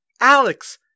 Alex